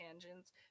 tangents